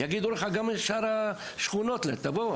גם שאר השכונות יגידו לך תבוא,